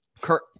Kurt